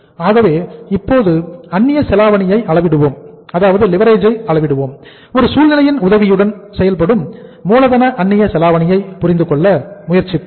ஆகவே இப்போது அந்நிய செலாவணியை அளவிடுவோம் ஒரு சூழ்நிலையின் உதவியுடன் செயற்படும் மூலதன அன்னிய செலாவணியை புரிந்துகொள்ள முயற்சிப்போம்